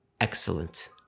Excellent